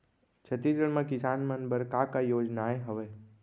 छत्तीसगढ़ म किसान मन बर का का योजनाएं हवय?